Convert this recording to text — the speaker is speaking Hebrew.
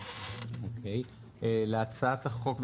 להצעת החוק,